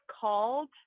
called